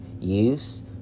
use